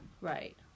right